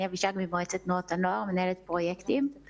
אני מנהלת פרויקטים במועצת תנועות הנוער.